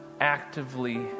actively